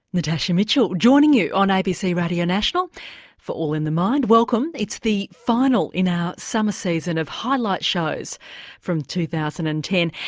natasha mitchell joining you on abc radio national for all in the mind, welcome. it's the final in our summer season of highlight shows for two thousand and ten.